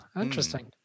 interesting